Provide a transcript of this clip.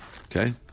Okay